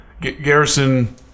Garrison